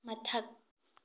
ꯃꯊꯛ